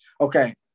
okay